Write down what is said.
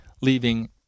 leaving